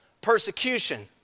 persecution